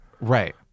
Right